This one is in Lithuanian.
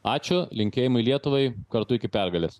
ačiū linkėjimai lietuvai kartu iki pergalės